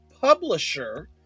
publisher